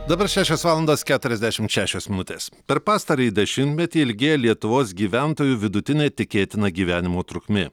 dabar šešios valandos keturiasdešimt šešios minutės per pastarąjį dešimtmetį ilgėja lietuvos gyventojų vidutinė tikėtina gyvenimo trukmė